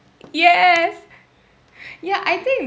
yes ya I think